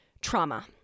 trauma